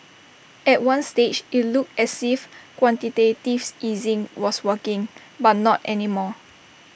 at one stage IT looked as if quantitative easing was working but not any more